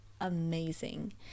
amazing